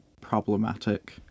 problematic